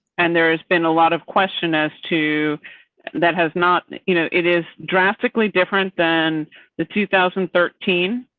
and there has been a lot of question as to that has not you know it is drastically different than the two thousand and thirteen.